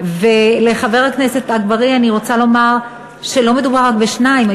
ולחבר הכנסת אגבאריה אני רוצה לומר שלא מדובר רק בשניים,